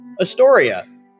Astoria